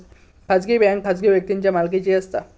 खाजगी बँक खाजगी व्यक्तींच्या मालकीची असता